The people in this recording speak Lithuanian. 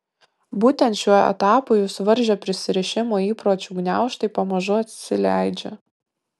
būtent šiuo etapu jus varžę prisirišimo įpročių gniaužtai pamažu atsileidžia